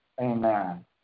Amen